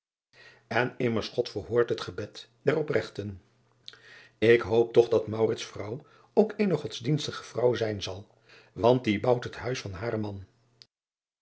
n immers od verhoort het gebed der opregten k hoop toch dat vrouw ook eene godsdienstige vrouw zijn zal want die bouwt het huis van haren man